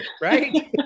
right